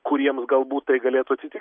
kuriems galbūt tai galėtų atsitikt